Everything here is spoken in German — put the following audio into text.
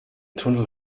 tunnel